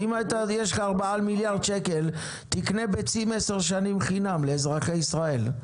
אם יש לך ארבעה מיליארד שקל תקנה ביצים עשר שנים חינם לאזרחי ישראל.